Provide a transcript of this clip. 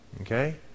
okay